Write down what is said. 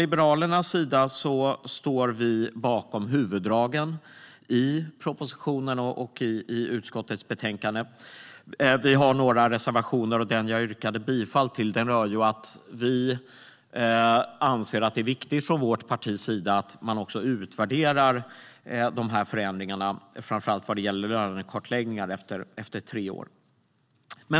Liberalerna står bakom huvuddragen i propositionen och i utskottets betänkande. Vi har några reservationer. Den som jag yrkade bifall till handlar om att vi anser att det är viktigt att man också utvärderar de här förändringarna efter tre år, framför allt vad gäller lönekartläggningar.